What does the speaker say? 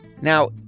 Now